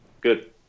Good